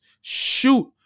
shoot